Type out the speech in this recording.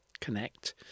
connect